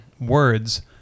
words